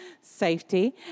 Safety